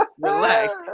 Relax